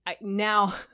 now